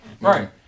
Right